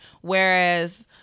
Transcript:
Whereas